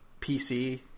PC